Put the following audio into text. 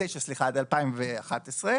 עד 2011,